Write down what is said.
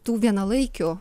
tų vienalaikių